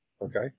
Okay